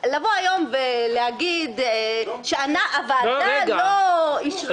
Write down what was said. אז לבוא היום ולהגיד שהוועדה לא אישרה,